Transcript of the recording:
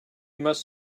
must